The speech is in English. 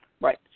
Right